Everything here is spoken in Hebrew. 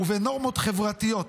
ובנורמות חברתיות.